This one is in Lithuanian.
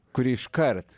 kuri iškart